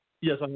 yes